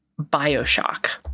bioshock